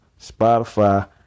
Spotify